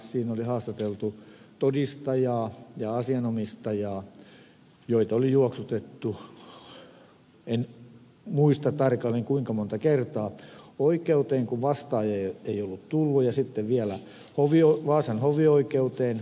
siinä oli haastateltu todistajaa ja asianomistajaa joita oli juoksutettu en muista tarkalleen kuinka monta kertaa oikeuteen kun vastaajia ei ollut tullut ja sitten vielä vaasan hovioikeuteen